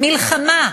מלחמה,